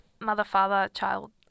mother-father-child